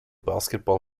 basketball